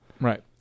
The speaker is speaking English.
Right